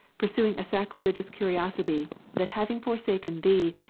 pursuing a sacrilegious curiosity, that having forsaken thee,